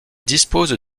dispose